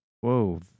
Whoa